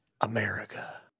America